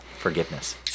forgiveness